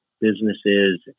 businesses